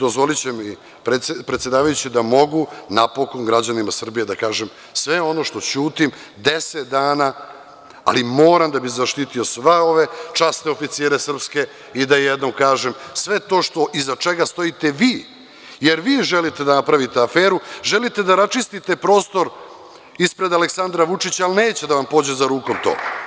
Dozvoliće mi predsedavajući da mogu napokon građanima Srbije da kažem sve ono što ćutim 10 dana, ali moram da bi zaštitio sve ove časne oficire srpske i da jednom kažem sve to iza čega stojite vi, jer vi želite da napravite aferu, želite da raščistite prostor ispred Aleksandra Vučića, ali neće da vam pođe za rukom to.